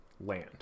land